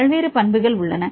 பல்வேறு பண்புகள் உள்ளன